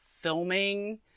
filming